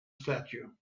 statue